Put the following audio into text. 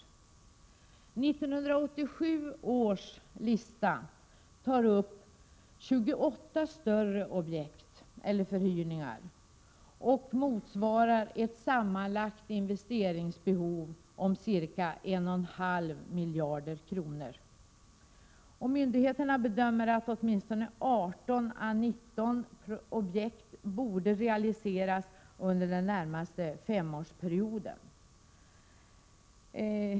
1987 års lista tar upp 28 större objekt eller förhyrningar och motsvarar ett sammanlagt investeringsbehov om ca 1,5 miljarder kronor. Myndigheterna bedömer att åtminstone 18-19 objekt borde realiseras under den närmaste femårsperioden.